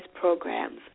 programs